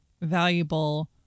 valuable